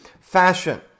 fashion